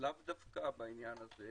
לאו דווקא בעניין הזה.